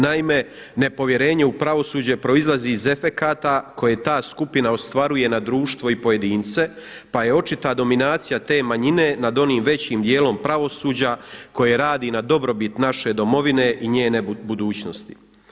Naime, nepovjerenje u pravosuđe proizlazi iz efekata koje ta skupina ostvaruje na društvo i pojedince pa je očita dominacija te manjine nad onim većim dijelom pravosuđa koje radi na dobrobit naše domovine i njene budućnosti.